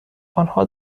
آنها